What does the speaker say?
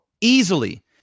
Easily